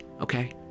okay